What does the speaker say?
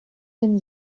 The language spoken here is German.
denn